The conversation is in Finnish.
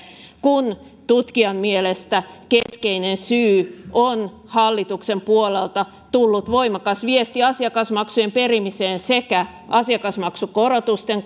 kun tutkijan mielestä keskeinen syy on hallituksen puolelta tullut voimakas viesti asiakasmaksujen perimiseen sekä asiakasmaksukorotusten